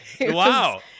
Wow